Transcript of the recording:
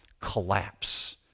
collapse